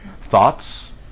Thoughts